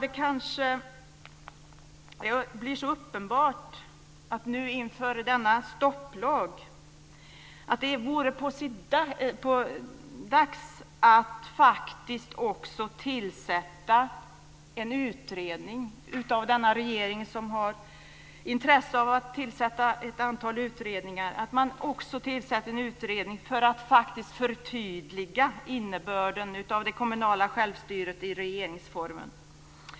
Det kanske blir så uppenbart inför denna stopplag att det vore på sin plats av regeringen att tillsätta en utredning för att faktiskt förtydliga innebörden av det kommunala självstyret i regeringsformen.